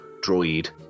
droid